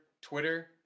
twitter